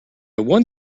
one